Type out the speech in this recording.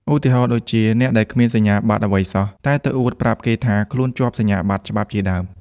ឧទាហរណ៍ដូចជា អ្នកដែលគ្មានសញ្ញាបត្រអ្វីសោះ តែទៅអួតប្រាប់គេថាខ្លួនជាប់សញ្ញាបត្រច្បាប់ជាដើម។